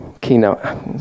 Keynote